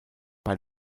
bei